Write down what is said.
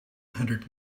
hundred